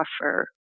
offer